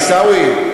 עיסאווי,